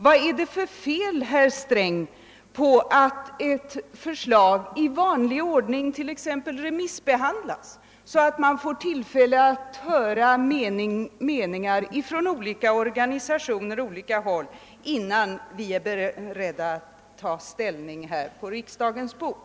Vad är det för fel, herr Sträng, på att ett förslag i vanlig ordning t.ex. remissbehandlas, så att man får tillfälle att höra meningar ifrån olika organisationer och andra, innan vi är beredda att ta ställning, när förslag läggs på riksdagens bord?